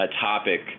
topic